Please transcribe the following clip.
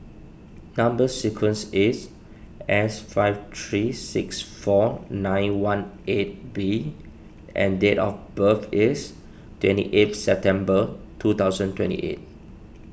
Number Sequence is S five three six four nine one eight B and date of birth is twenty eighth September two thousand twenty eight